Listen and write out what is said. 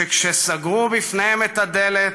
שכשסגרו בפניהם את הדלת,